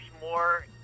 more